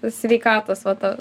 sveikatos vat